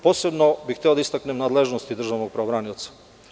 Posebno bih hteo da istaknem nadležnosti državnog pravobranioca.